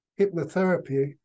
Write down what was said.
hypnotherapy